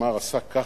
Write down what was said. אמר, עשה ככה: